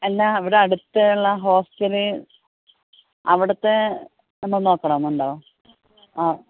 അല്ല ഇവിടെ അടുത്തുള്ള ഹോസ്റ്റലിൽ അവിടുത്തെ ഒന്ന് നോക്കണം എന്നുണ്ടോ ആ